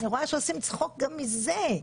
משהו אחר.